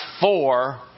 four